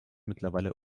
mittlerweile